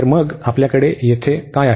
तर मग आपल्याकडे येथे काय आहे